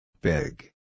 Big